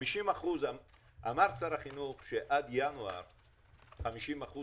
אמר שר החינוך שעד ינואר 50%